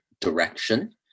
direction